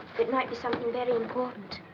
it might be something very important.